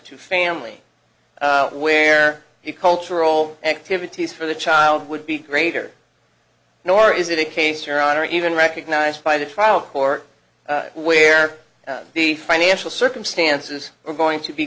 to family where he cultural activities for the child would be greater nor is it a case your honor even recognized by the trial court where the financial circumstances are going to be